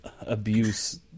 abuse